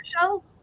show